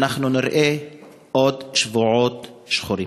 אנחנו נראה עוד שבועות שחורים.